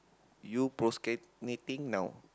you procrastinating now